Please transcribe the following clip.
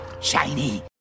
Shiny